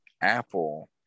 Apple